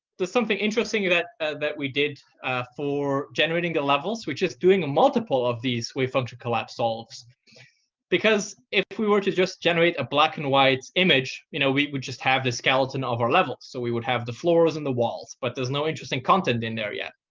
there's something interesting that that we did for generating the levels, which is doing a multiple of these wavefunctioncollapse solves because if we were to just generate a black and white image, you know we would just have the skeleton of our levels. so we would have the floors and the walls, but there is no interesting content in there yet.